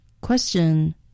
Question